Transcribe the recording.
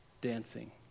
dancing